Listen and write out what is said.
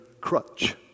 crutch